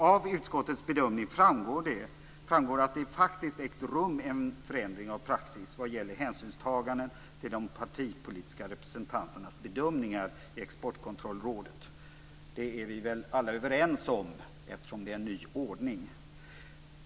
Av utskottets bedömning framgår det att det faktiskt ägt rum en förändring av praxis vad gäller hänsynstagande till de partipolitiska representanternas bedömningar i Exportkontrollrådet. Det är vi väl alla överens om, eftersom det är en ny ordning.